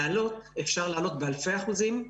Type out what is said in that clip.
להעלות אפשר להעלות באלפי אחוזים.